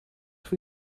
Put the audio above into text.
for